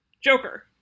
Joker